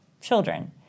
children